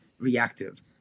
reactive